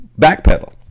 backpedal